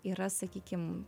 yra sakykim